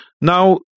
now